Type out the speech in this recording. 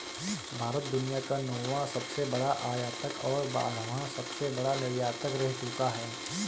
भारत दुनिया का नौवां सबसे बड़ा आयातक और बारहवां सबसे बड़ा निर्यातक रह चूका है